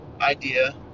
idea